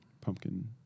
pumpkin